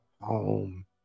home